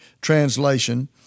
translation